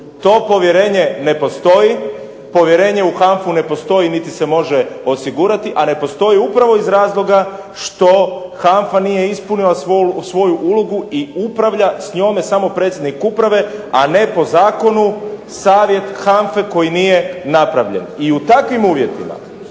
To povjerenje ne postoji, povjerenje u HANFA-u ne postoji niti se može osigurati, a ne postoji upravo iz razloga što HANFA nije ispunila svoju ulogu i upravlja s njome samo predsjednik uprave, a ne po zakonu Savjet HANFA-e koji nije napravljen. I u takvim uvjetima